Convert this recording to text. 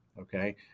okay